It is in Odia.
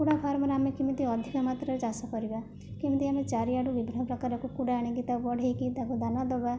କୁକୁଡ଼ା ଫାର୍ମରେ ଆମେ କେମିତି ଅଧିକା ମାତ୍ରାରେ ଚାଷ କରିବା କେମିତି ଆମେ ଚାରିଆଡ଼ୁ ବିଭିନ୍ନପ୍ରକାର କୁକୁଡ଼ା ଆଣିକି ତାକୁ ବଢ଼ାଇକି ତାକୁ ଦାନା ଦେବା